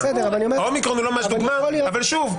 אבל שוב,